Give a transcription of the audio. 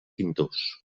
pintors